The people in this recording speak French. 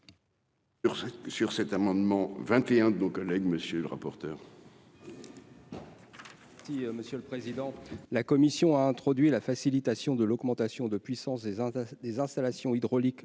Sur cet amendement 21 nos collègues, monsieur le rapporteur. Si Monsieur le Président, la commission a introduit la facilitation de l'augmentation de puissance des des installations hydrauliques